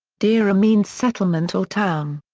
dera means settlement or town.